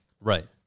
Right